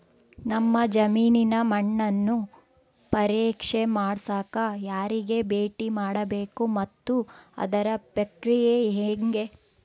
ನಮ್ಮ ಜಮೇನಿನ ಮಣ್ಣನ್ನು ಪರೇಕ್ಷೆ ಮಾಡ್ಸಕ ಯಾರಿಗೆ ಭೇಟಿ ಮಾಡಬೇಕು ಮತ್ತು ಅದರ ಪ್ರಕ್ರಿಯೆ ಹೆಂಗೆ?